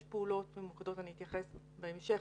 יש פעולות ממוקדות, אני אתייחס בהמשך,